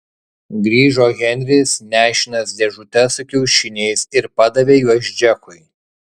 grįžo henris nešinas dėžute su kiaušiniais ir padavė juos džekui